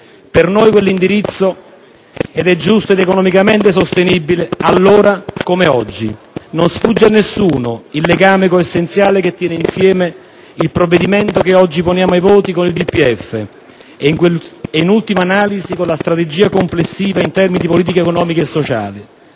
Per noi quell'indirizzo era ed è giusto ed economicamente sostenibile, allora come oggi. Non sfugge a nessuno il legame coessenziale che tiene insieme il provvedimento che oggi poniamo ai voti con il DPEF e, in ultima analisi, con la strategia complessiva in termini di politica economica e sociale.